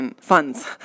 funds